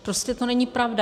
Prostě to není pravda.